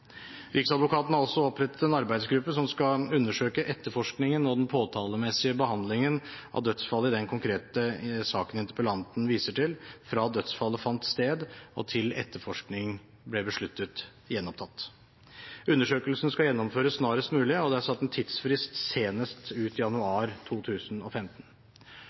Riksadvokaten har også opprettet en arbeidsgruppe som skal undersøke etterforskningen og den påtalemessige behandlingen av dødsfallet i den konkrete saken interpellanten viser til, fra dødsfallet fant sted og til etterforskningen ble besluttet gjenopptatt. Undersøkelsen skal gjennomføres snarest mulig, og tidsfristen er satt til senest innen utløpet av januar 2015.